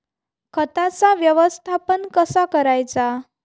खताचा व्यवस्थापन कसा करायचा?